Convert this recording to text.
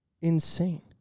Insane